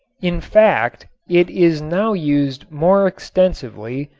in fact it is now used more extensively,